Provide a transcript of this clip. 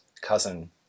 cousin